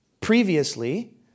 previously